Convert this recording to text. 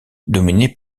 dominé